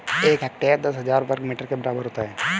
एक हेक्टेयर दस हजार वर्ग मीटर के बराबर होता है